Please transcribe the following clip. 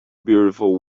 beautiful